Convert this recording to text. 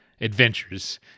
adventures